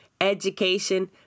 education